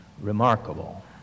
remarkable